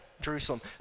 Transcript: Jerusalem